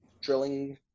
drilling